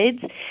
kids